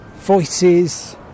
voices